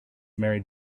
married